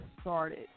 started